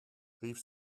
rief